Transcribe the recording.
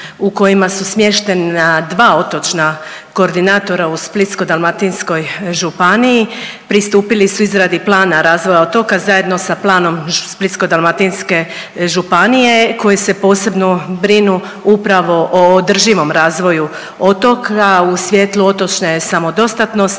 u kojima su smještena dva otočna koordinatora u Splitsko-dalmatinskoj županiji pristupili su izradi plana razvoja otoka zajedno sa planom Splitsko-dalmatinske županije koji se posebno brinu upravo o održivom razvoju otoka u svjetlu otočne samodostatnosti,